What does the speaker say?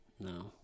No